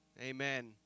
Amen